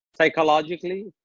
psychologically